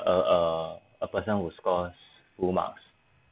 a a a person who scores full marks